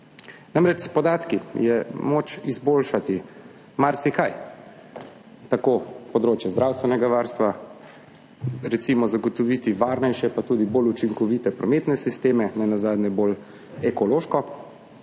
namreč moč izboljšati marsikaj, na primer področje zdravstvenega varstva, recimo zagotoviti varnejše pa tudi bolj učinkovite prometne sisteme, nenazadnje bolj ekološke,